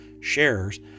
shares